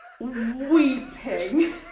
weeping